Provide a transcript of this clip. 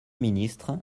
ministre